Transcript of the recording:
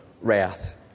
wrath